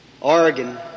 Oregon